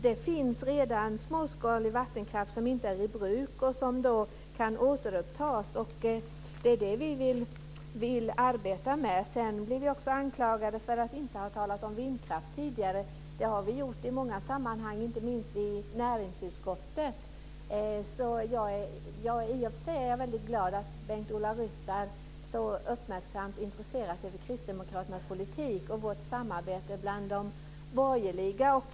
Det finns redan småskalig vattenkraft som inte är i bruk och som kan tas upp igen. Det är detta som vi vill arbeta för. Sedan blir vi anklagade för att inte tidigare ha talat om vindkraft. Det har vi gjort i många sammanhang, inte minst i näringsutskottet. Jag är i och för sig väldigt glad över att Bengt-Ola Ryttar så uppmärksamt intresserar sig för kristdemokraternas politik och för vårt samarbete bland de borgerliga.